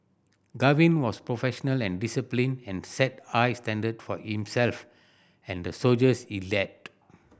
Gavin was professional and disciplined and set high standard for himself and the soldiers he led